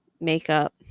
makeup